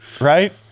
right